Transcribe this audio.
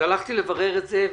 הלכתי לברר את זה,